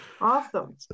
Awesome